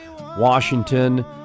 Washington